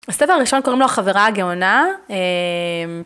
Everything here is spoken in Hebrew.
הספר הראשון קוראים לו החברה הגאונה.